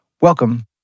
Welcome